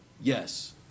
yes